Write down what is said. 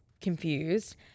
confused